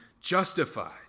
justified